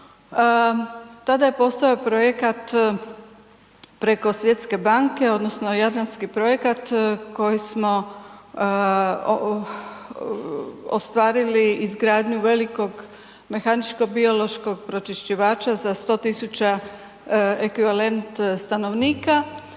tada je postojao projekat preko Svjetske banke odnosno jadranski projekat koji smo ostvarili izgradnju velikog mehaničko-biološkog pročišćivača za 100 000 ekvivalent stanovnika